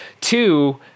Two